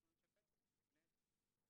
אנחנו נשפץ את זה ונבנה את זה.